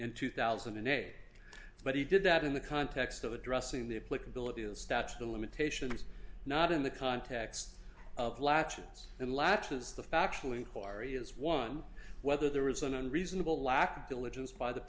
in two thousand and eight but he did that in the context of addressing the a political abuse statute of limitations not in the context of latches and latches the factual inquiry is one whether there was an unreasonable lack of diligence by the